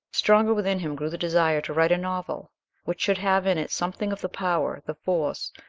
stronger within him grew the desire to write a novel which should have in it something of the power, the force,